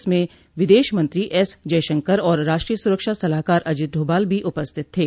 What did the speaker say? इसमें विदेश मंत्री एस जयशंकर और राष्ट्रीय सुरक्षा सलाहकार अजित डोभाल भी उपस्थित थे